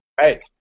Right